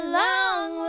long